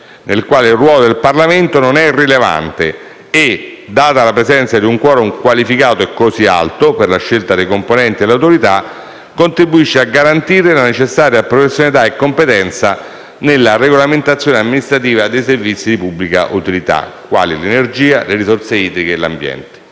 nel quale il ruolo del Parlamento non è irrilevante e, data la presenza di un *quorum* qualificato e alto per la scelta dei componenti dell'Autorità, contribuisce a garantire la necessaria professionalità e competenza nella regolamentazione amministrativa dei servizi di pubblica utilità quali l'energia, le risorse idriche e l'ambiente.